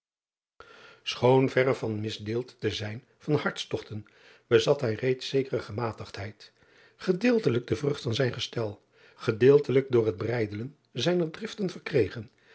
choon verre van misdeeld te zijn van hartstogten bezat hij reeds zekere gematigdheid gedeeltelijk de vrucht van zijn driaan oosjes zn et leven van aurits ijnslager gestel gedeeltelijk door het breidelen zijner driften verkregen